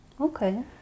Okay